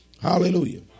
Hallelujah